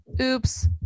oops